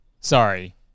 Sorry